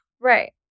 right